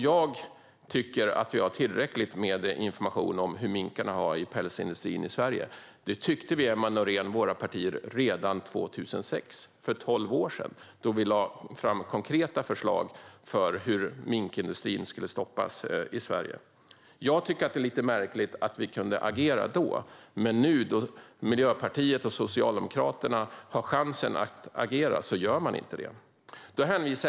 Jag tycker att vi har tillräckligt med information om hur minkarna har det i pälsindustrin i Sverige. Det tyckte våra partier redan 2006, Emma Nohrén, alltså för tolv år sedan. Då lade vi fram konkreta förslag om hur minkindustrin skulle stoppas i Sverige. Jag tycker att det är lite märkligt att vi kunde agera då men att Miljöpartiet och Socialdemokraterna inte agerar nu när de har chansen att göra det.